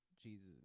Jesus